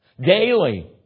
daily